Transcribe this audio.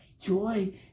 joy